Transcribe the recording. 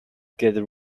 get